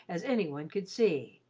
as any one could see,